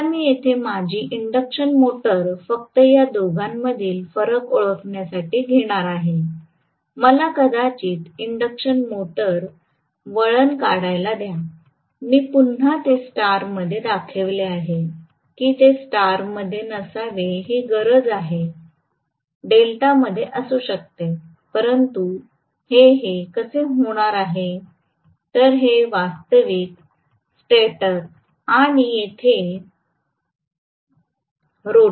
आता मी येथे माझी इंडक्शन मोटर फक्त या दोघांमधील फरक ओळखण्यासाठी घेणार आहे मला कदाचित इंडक्शन मोटर वळण काढायला द्या मी पुन्हा ते स्टारमध्ये दाखविले आहे की ते स्टार मध्ये नसावे ही गरज आहे डेल्टामध्येही असू शकते म्हणून हे हे कसे होणार आहे तर हे वास्तविक स्टेटर आहे आणि येथे रोटर आहे